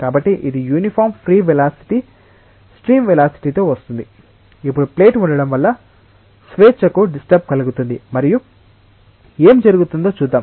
కాబట్టి ఇది uniform free stream వెలాసిటితో వస్తోంది ఇప్పుడు ప్లేట్ ఉండటం వల్ల స్వేచ్ఛకు డిస్టర్బ్ కలుగుతుంది మరియు ఏమి జరగబోతోందో చూద్దాం